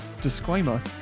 disclaimer